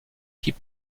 hip